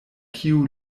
kiu